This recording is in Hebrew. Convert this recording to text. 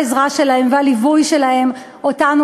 העזרה שלהם והליווי שלהם אותנו,